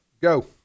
Go